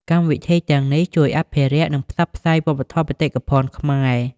កម្មវិធីទាំងនេះជួយ អភិរក្ស និង ផ្សព្វផ្សាយ វប្បធម៌បេតិកភណ្ឌខ្មែរ។